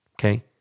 okay